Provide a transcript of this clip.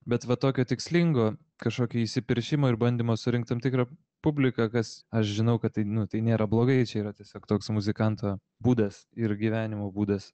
bet va tokio tikslingo kažkokio įsipiršimo ir bandymo surinkt tam tikrą publiką kas aš žinau kad tai nu tai nėra blogai čia yra tiesiog toks muzikanto būdas ir gyvenimo būdas